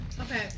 Okay